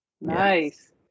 Nice